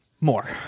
more